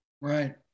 Right